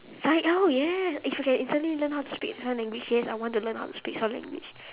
si~ oh yes if you can instantly learn how to speak sign language yes I want to learn how to speak sign language